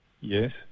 Yes